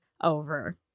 over